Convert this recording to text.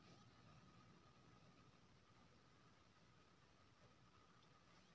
फसलक दाम खेती मे लागल लागत आ किछ फाएदा जोरि केँ लगाएल जाइ छै